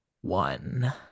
one